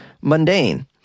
mundane